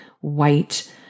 white